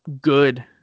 good